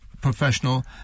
professional